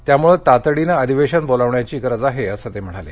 त्यामुळे तातडीनं अधिवेशन बोलावण्याची गरज आहे असं ते म्हणाले